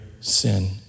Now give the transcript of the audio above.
sin